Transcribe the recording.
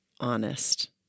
honest